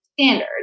standard